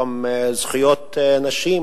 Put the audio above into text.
וביום זכויות נשים,